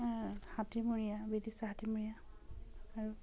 খাটিমূৰীয়া বিদিশা খাটিমূৰীয়া আৰু